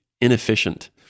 inefficient